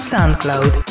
SoundCloud